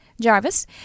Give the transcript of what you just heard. Jarvis